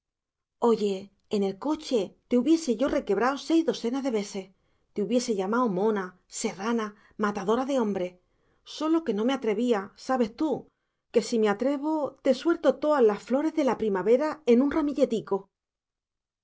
oye en el coche te hubiese yo requebrado seis dosenas de veses te hubiese llamao mona serrana matadora de hombres sólo que no me atrevía sabes tú que si me atrevo te suelto toas las flores de la primavera en un